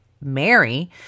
Mary